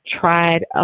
tried